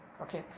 Okay